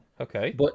okay